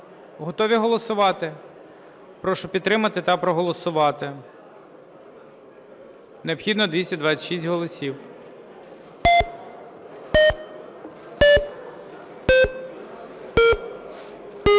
Готові голосувати? Прошу підтримати та проголосувати. Необхідно 226 голосів.